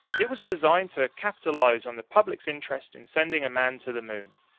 it was designed to capitalise on the public's interest in sending a man to the moon.